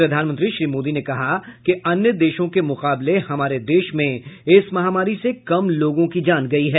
प्रधानमंत्री श्री मोदी ने कहा कि अन्य देशों को मुकाबले हमारे देश में इस महामारी से कम लोगों की जान गई है